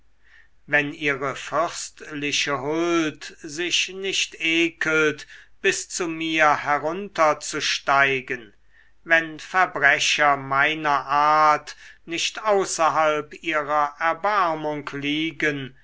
wenn ihre fürstliche huld sich nicht ekelt bis zu mir herunterzusteigen wenn verbrecher meiner art nicht außerhalb ihrer erbarmung liegen